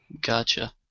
Gotcha